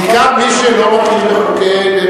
בעיקר מי שלא מכיר בחוקיות